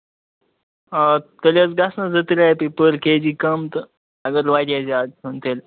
آ تیٚلہِ حظ گژھن زٕ ترٛےٚ رۅپیہِ پٔر کے جی کَم تہٕ اَگر وجہہ زیادٕ پہم تیٚلہِ